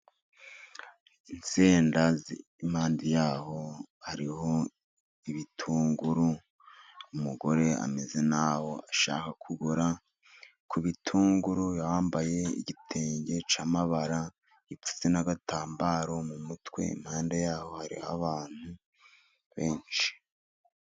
Insenda, impande yaho hariho ibitunguru, umugore ameze nk'aho ashaka kugura ku bitunguru, yambaye igitenge cy'amabara yipfutse n'agatambaro mu mutwe, impande yaho hari abantu benshi.